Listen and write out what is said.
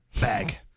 bag